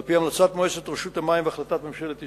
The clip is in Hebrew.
על-פי המלצת מועצת רשות המים והחלטת ממשלת ישראל,